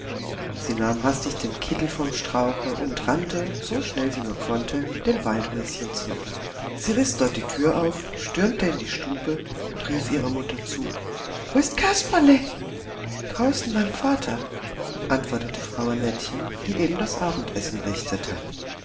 sie nahm hastig den kittel vom strauche und rannte so schnell sie nur konnte dem waldhäuschen zu sie riß dort die tür auf stürmte in die stube und rief ihrer mutter zu wo ist kasperle draußen beim vater antwortete frau annettchen die eben das abendessen richtete